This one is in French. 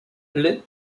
l’est